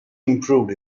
improved